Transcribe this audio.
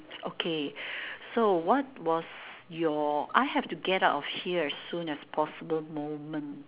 okay so what was your I have to get out of here soon as possible moment